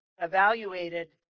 evaluated